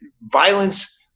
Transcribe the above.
Violence